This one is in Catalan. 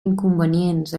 inconvenients